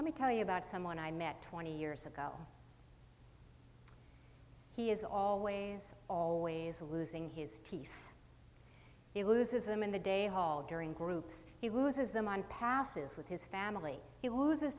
let me tell you about someone i met twenty years ago he is always always losing his teeth it loses them in the day hall during groups he loses them on passes with his family he loses